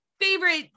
Favorite